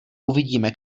uvidíme